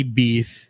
beef